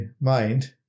mind